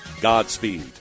Godspeed